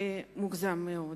זה מוגזם מאוד.